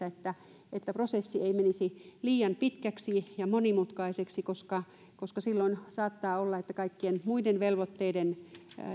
että että prosessi ei menisi liian pitkäksi ja monimutkaiseksi koska koska silloin saattaa olla että kaikkien muiden velvoitteiden